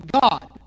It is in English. God